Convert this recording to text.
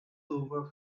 over